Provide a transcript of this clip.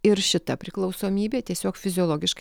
ir šita priklausomybė tiesiog fiziologiškai